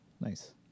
Nice